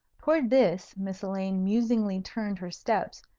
towards this miss elaine musingly turned her steps,